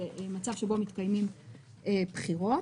מצב שבו מתקיימות בחירות,